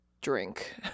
drink